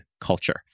culture